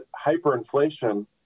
hyperinflation